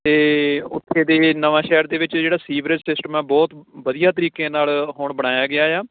ਅਤੇ ਉੱਥੇ ਦੇ ਨਵਾਂਸ਼ਹਿਰ ਦੇ ਵਿੱਚ ਜਿਹੜਾ ਸੀਵਰੇਜ ਸਿਸਟਮ ਹੈ ਬਹੁਤ ਵਧੀਆ ਤਰੀਕੇ ਨਾਲ ਹੁਣ ਬਣਾਇਆ ਗਿਆ ਆ